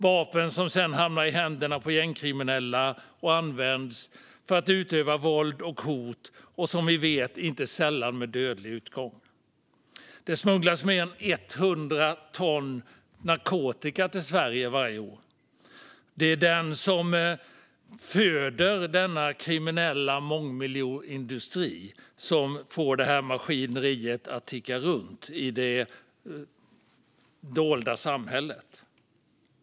Det är vapen som sedan hamnar i händerna på gängkriminella och används för att utöva våld och hot - som vi vet inte sällan med dödlig utgång. Det smugglas mer än hundra ton narkotika till Sverige varje år. Det är den som föder den kriminella mångmiljonindustri som får maskineriet att ticka runt i det dolda samhället.